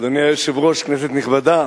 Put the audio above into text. אדוני היושב-ראש, כנסת נכבדה,